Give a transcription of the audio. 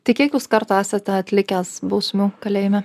tai kiek jūs kartu esate atlikęs bausmių kalėjime